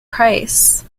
price